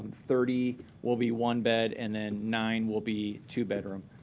thirty will be one bed, and then nine will be two bedroom.